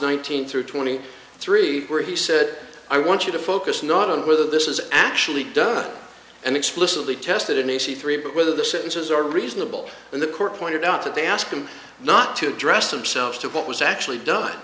nineteen through twenty three where he said i want you to focus not on whether this was actually done and explicitly tested in issue three but whether the sentences are reasonable when the court pointed out that they ask them not to address themselves to what was actually done